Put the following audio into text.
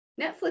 Netflix